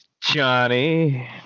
Johnny